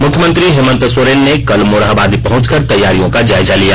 मुख्यमंत्री हेमन्त सोर्रन ने कल मोरहाबादी पहुंचकर तैयारियों का जायजा लिया